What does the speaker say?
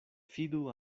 fidu